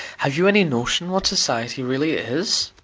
have you any notion what society really is?